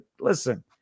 listen